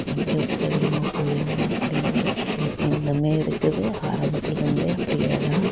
எங்கே உப்பு அதிகமாக போயிடுமோ அப்படின்னு ஒரு பயம் இன்னுமே இருக்குது ஆரம்பத்துலிருந்தே அப்படியேதான்